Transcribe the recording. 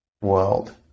world